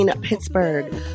Pittsburgh